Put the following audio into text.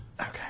Okay